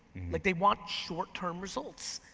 like they want short term results.